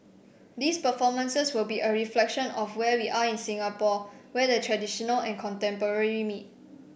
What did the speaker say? these performances will be a reflection of where we are in Singapore where the traditional and contemporary meet